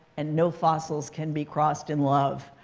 and no fossils can be crossed in love.